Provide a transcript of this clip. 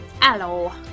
Hello